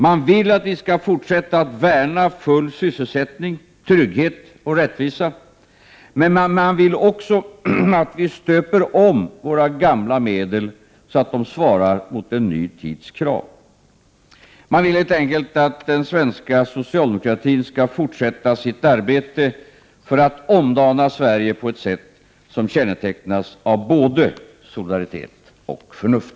Man vill att vi skall fortsätta att värna full sysselsättning, trygghet och rättvisa, men man vill också att vi stöper om våra gamla medel så att de svarar mot en ny tids krav. Man vill helt enkelt att den svenska socialdemokratin skall fortsätta sitt arbete för att omdana Sverige på ett sätt som kännetecknas av både solidaritet och förnuft.